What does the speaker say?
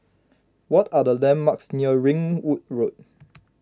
what are the landmarks near Ringwood Road